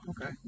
okay